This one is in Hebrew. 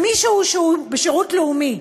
מישהו שהוא בשירות לאומי,